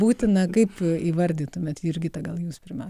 būtina kaip įvardytumėt jurgita gal jus pirma